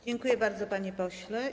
Dziękuję bardzo, panie pośle.